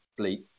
bleep